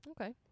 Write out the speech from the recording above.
Okay